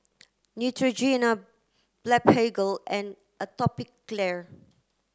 Neutrogena Blephagel and Atopiclair